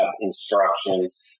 instructions